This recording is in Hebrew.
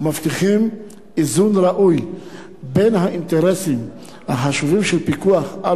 מבטיחים איזון ראוי בין האינטרסים החשובים של פיקוח על